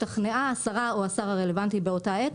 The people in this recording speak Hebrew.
או השר הרלוונטי באותה עת,